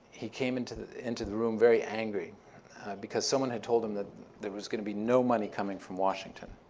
he came into into the room very angry because someone had told him that there was going to be no money coming from washington.